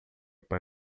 pai